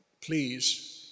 please